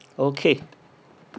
okay